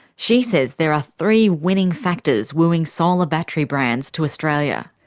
she says there are three winning factors wooing solar battery brands to australia.